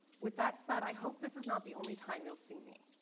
with that said, i hope this is not the only time you'll see me.